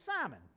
Simon